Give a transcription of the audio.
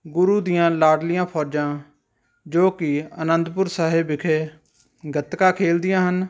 ਗੁਰੂ ਦੀਆਂ ਲਾਡਲੀਆਂ ਫੌਜਾਂ ਜੋ ਕਿ ਅਨੰਦਪੁਰ ਸਾਹਿਬ ਵਿਖੇ ਗਤਕਾ ਖੇਲਦੀਆਂ ਹਨ